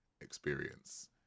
experience